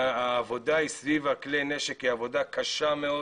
העבודה סביב כלי הנשק היא עבודה קשה מאוד